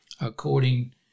according